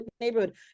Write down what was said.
neighborhood